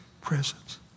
presence